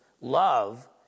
love